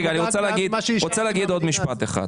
אתה לא תהיה בכלכלה.